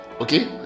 okay